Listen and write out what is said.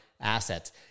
assets